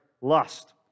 lust